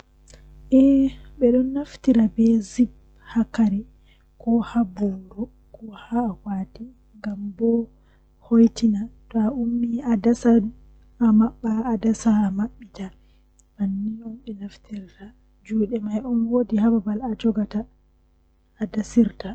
Jamanu ko saali be jamanu jotta feerotiri masin, Eh dalila bo kanjum woni naane be jamanu jooni ko dume hoiti naa ba naane kujeeji jei nane gada daya satodo amma jooni hundeeji man gaba daya hoyi ko a andi fuu.